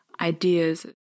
ideas